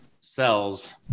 cells